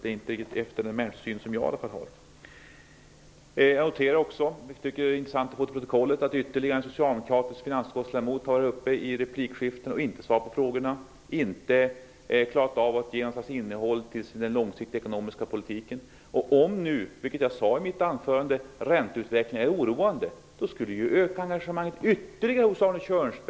Det är inte riktigt den människosyn som i alla fall jag har. Jag noterar också, och det är intressant att det förs till protokollet, att ytterligare en socialdemokratisk ledamot i finansutskottet inte svarar på frågor trots replikskiften och inte klarar av att förmedla innehållet i den långsiktiga ekonomiska politiken. Jag sade i mitt huvudanförande att ränteutvecklingen är oroande. Om det är så skulle det väl öka engagemanget ytterligare, Arne Kjörnsberg.